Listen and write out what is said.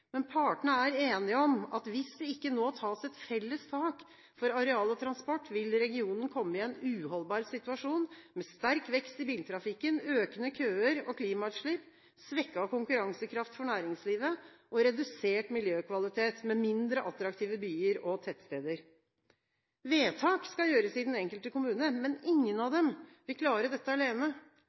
men partene er enige om at hvis det ikke nå tas et felles tak for areal og transport, vil regionen komme i en uholdbar situasjon, med sterk vekst i biltrafikken, økende køer og klimautslipp, svekket konkurransekraft for næringslivet og redusert miljøkvalitet, med mindre attraktive byer og tettsteder. Vedtak skal gjøres i den enkelte kommune, men ingen av dem vil klare dette alene.